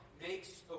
makes